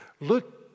Look